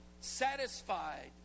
Satisfied